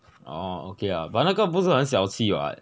orh okay lah but 那个不是很小气 [what]